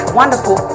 wonderful